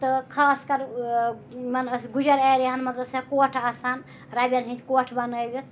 تہٕ خاص کَر یِمَن ٲسۍ گُجَر ایریاہَن منٛز ٲس ہا کوٹھ آسان رَبٮ۪ن ہِنٛدۍ کوٹھ بَنٲوِتھ